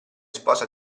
sposa